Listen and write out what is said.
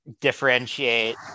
differentiate